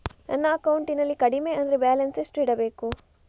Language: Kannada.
ನನ್ನ ಅಕೌಂಟಿನಲ್ಲಿ ಕಡಿಮೆ ಅಂದ್ರೆ ಬ್ಯಾಲೆನ್ಸ್ ಎಷ್ಟು ಇಡಬೇಕು?